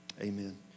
Amen